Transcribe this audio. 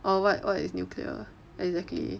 or what what is nuclear exactly